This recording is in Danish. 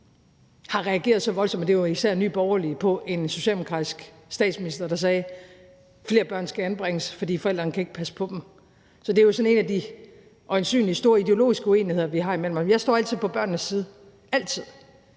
har reageret så voldsomt, som især Nye Borgerlige gjorde, på, at en socialdemokratisk statsminister sagde: Flere børn skal anbringes, for forældrene kan ikke passe på dem. Så det er jo en af de øjensynligt store ideologiske uenigheder, vi har imellem os. Jeg står altid på børnenes side – altid